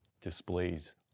displays